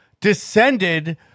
descended